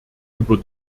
über